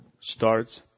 starts